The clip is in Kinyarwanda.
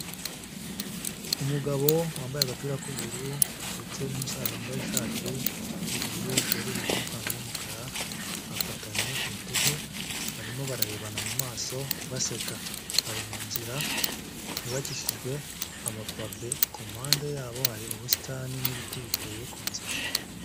Umugabo wambaye agapira k'ubururu ndetse n' numusaza wambaye ishati yu'ubururu bwerurutse nipantaro yumukara bafatanye ku rutugu barimo bararebana mumaso baseka bari munzira yubakishijwe amapave, kumpande yabo hari ubusitani n'ibiti biteye ku nzira.